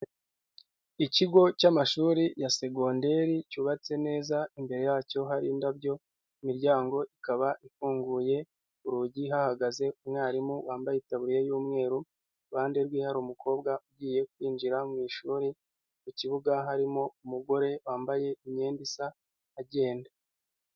Ikigo cy'amashuri ya segonderi cyubatse neza imbere yacyo hari indabyo, imiryango ikaba ifunguye, urugi hahagaze umwarimu wambaye itaburiya y'umweru, iruhande rwe hari umukobwa ugiye kwinjira mu ishuri, mu kibuga harimo umugore wambaye imyenda isa, agenda.